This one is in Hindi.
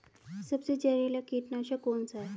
सबसे जहरीला कीटनाशक कौन सा है?